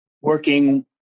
working